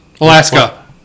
Alaska